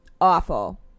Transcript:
awful